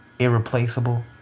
irreplaceable